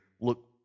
look